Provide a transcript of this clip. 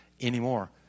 anymore